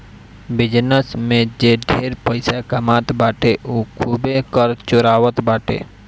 business में जे ढेर पइसा कमात बाटे उ खूबे कर चोरावत बाटे